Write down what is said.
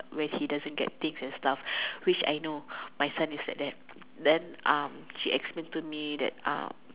when he doesn't get things and stuff which I know my son is like that then um she explained to me that um